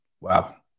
Wow